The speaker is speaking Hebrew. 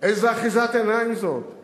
איזו אחיזת עיניים זאת?